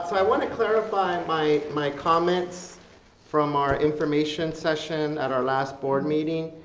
i wanted to clarify my my comments from our information session at our last board meeting